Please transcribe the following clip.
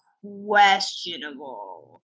questionable